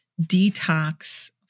detox